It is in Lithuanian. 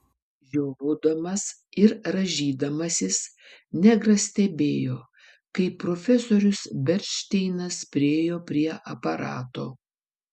žiovaudamas ir rąžydamasis negras stebėjo kaip profesorius bernšteinas priėjo prie aparato